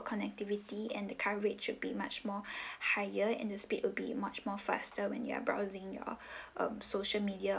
connectivity and the coverage would be much more higher and the speed would be much more faster when you are browsing your um social media